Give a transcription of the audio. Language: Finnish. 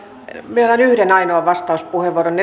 myönnän yhden ainoan vastauspuheenvuoron